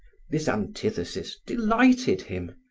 this antithesis delighted him.